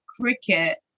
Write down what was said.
cricket